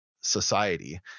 society